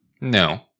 No